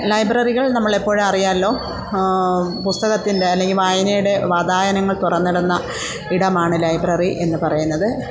ലൈബ്രറികൾ നമ്മൾ എപ്പോഴും അറിയാമല്ലോ പുസ്തകത്തിന്റെ അല്ലെങ്കിൽ വായനയുടെ വാതായനങ്ങൾ തുറന്നിടുന്ന ഇടമാണ് ലൈബ്രറി എന്ന് പറയുന്നത്